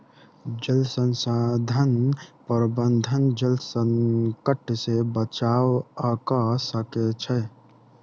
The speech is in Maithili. जल संसाधन प्रबंधन जल संकट से बचाव कअ सकै छै